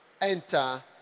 enter